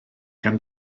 gan